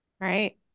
right